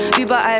überall